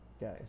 guys